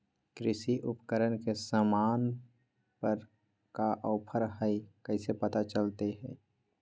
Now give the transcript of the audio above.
कृषि उपकरण के सामान पर का ऑफर हाय कैसे पता चलता हय?